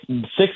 six